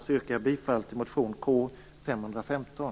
Jag yrkar därför bifall till motion